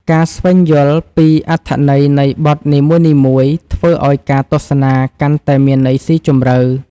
ការស្វែងយល់ពីអត្ថន័យនៃបទនីមួយៗ ធ្វើឱ្យការទស្សនាកាន់តែមានន័យស៊ីជម្រៅ។